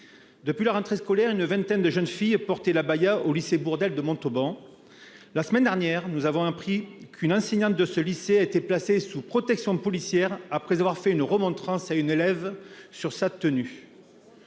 Depuis la rentrée scolaire, une vingtaine de jeunes filles portaient l'abaya au lycée Bourdelle de Montauban. La semaine dernière, nous avons appris qu'une enseignante de ce lycée a été placée sous protection policière après avoir fait une remontrance à l'une de ces élèves sur sa tenue.